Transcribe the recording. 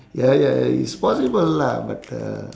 ya ya ya it's possible lah but uh